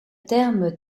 terme